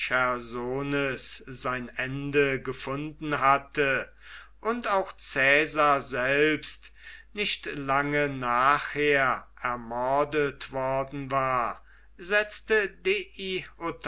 sein ende gefunden hatte und auch caesar selbst nicht lange nachher ermordet worden war setzte